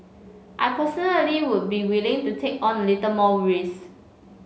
I personally would be willing to take on a little more risk